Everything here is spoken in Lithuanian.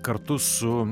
kartu su